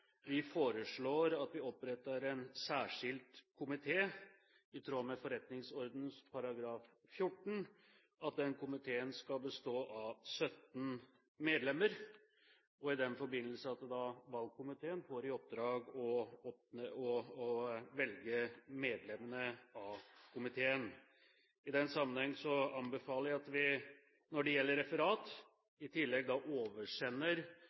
Vi foreslår at vi oppretter en særskilt komité i tråd med forretningsordenen § 14, at den komiteen skal bestå av 17 medlemmer, og i den forbindelse at valgkomiteen får i oppdrag å velge medlemmene av komiteen. I den sammenheng anbefaler jeg at vi når det gjelder referat, i tillegg oversender